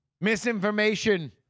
Misinformation